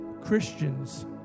Christians